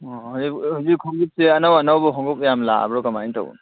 ꯑꯣ ꯍꯧꯖꯤꯛ ꯈꯣꯡꯎꯞꯁꯦ ꯑꯅꯧ ꯑꯅꯧꯕ ꯈꯣꯡꯎꯞ ꯌꯥꯝ ꯂꯥꯛꯑꯕ꯭ꯔꯥ ꯀꯃꯥꯏꯅ ꯇꯧꯕ